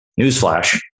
newsflash